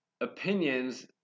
Opinions